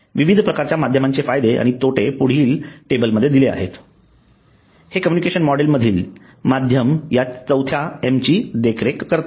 विविध प्रकारच्या माध्यमांचे फायदे आणि तोटे पुढील टेबलमध्ये दिले आहेत हे कॉम्युनिकेशन मॉडेल मधील माध्यम या ४थ्या M ची देखरेख करतात